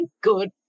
good